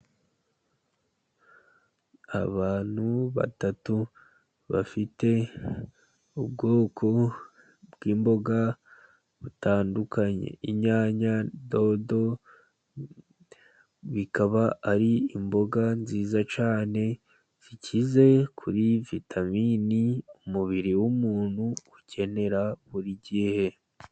Abantu batatu bafite ubwoko bw'imboga butandukanye: Inyanya, dodo, bikaba ari imboga nziza cyane zikize kuri vitaminini umubiri w'umuntu ukenera buri gihe.